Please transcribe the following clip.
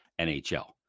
NHL